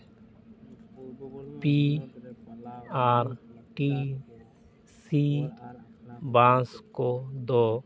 P R T C bus ᱠᱚᱫᱚ